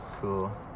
Cool